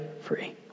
free